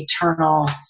eternal